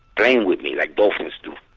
playing with me like dolphins do.